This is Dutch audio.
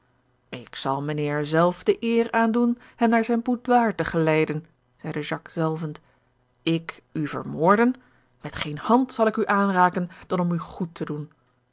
ik zal mijnheer zelf de eer aandoen hem naar zijn boudoir te geleiden zeide jacques zalvend ik u vermoorden met geene hand zal ik u aanraken dan om u goed te doen